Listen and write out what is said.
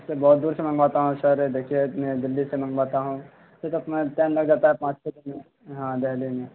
اسے بہت دور سے منگواتا ہوں سر دیکھیے دہلی سے منگواتا ہوں پک اپ میں ٹائم لگ جاتا ہے پانچ چھ دن ہاں دہلی میں